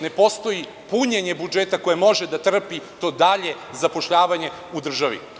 Ne postoji punjenje budžeta koje može da trpi to dalje zapošljavanje u državi.